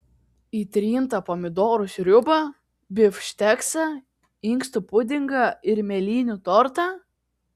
į trintą pomidorų sriubą bifšteksą inkstų pudingą ir mėlynių tortą